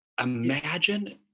Imagine